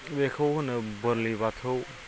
बेखौ होनो बोलि बाथौ